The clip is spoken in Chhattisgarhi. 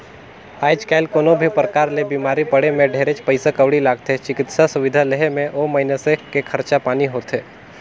आयज कायल कोनो भी परकार ले बिमारी पड़े मे ढेरेच पइसा कउड़ी लागथे, चिकित्सा सुबिधा लेहे मे ओ मइनसे के खरचा पानी होथे